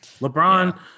LeBron